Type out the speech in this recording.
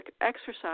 exercise